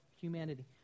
humanity